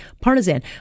partisan